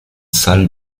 salle